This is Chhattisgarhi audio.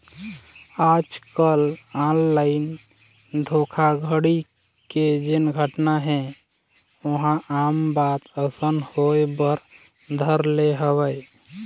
आजकल ऑनलाइन धोखाघड़ी के जेन घटना हे ओहा आम बात असन होय बर धर ले हवय